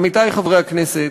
עמיתי חברי הכנסת,